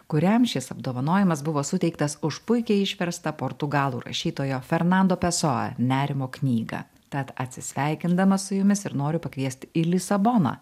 kuriam šis apdovanojimas buvo suteiktas už puikiai išverstą portugalų rašytojo fernando pesojo nerimo knygą tad atsisveikindama su jumis ir noriu pakviesti į lisaboną